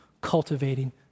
cultivating